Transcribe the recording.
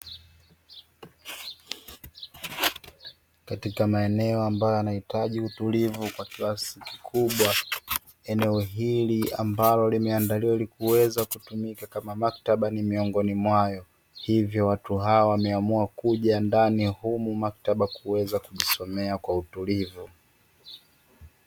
Katika maeneo ambayo yanahitaji utulivu kwa kiasi kikubwa, eneo hili ambalo limeandaliwa kutumika kama maktaba ni miongoni mwayo, hivyo watu hawa wameamua kuja ndani humu maktaba kuweza kujisomea kwa utulivu.